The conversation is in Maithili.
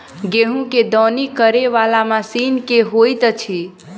गेंहूँ केँ दौनी करै वला मशीन केँ होइत अछि?